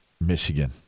Michigan